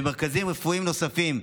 במרכזים רפואיים נוספים.